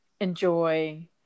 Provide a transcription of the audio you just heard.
enjoy